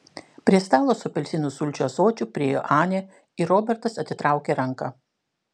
prie stalo su apelsinų sulčių ąsočiu priėjo anė ir robertas atitraukė ranką